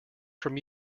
from